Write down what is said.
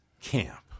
camp